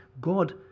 God